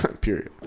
Period